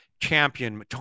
Champion